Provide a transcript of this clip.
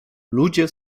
ludzie